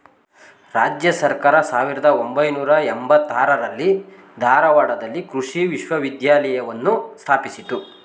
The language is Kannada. ರಾಜ್ಯ ಸರ್ಕಾರ ಸಾವಿರ್ದ ಒಂಬೈನೂರ ಎಂಬತ್ತಾರರಲ್ಲಿ ಧಾರವಾಡದಲ್ಲಿ ಕೃಷಿ ವಿಶ್ವವಿದ್ಯಾಲಯವನ್ನು ಸ್ಥಾಪಿಸಿತು